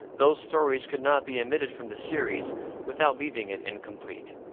those stories could not be omitted from the series without leaving it incomplete.